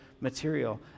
material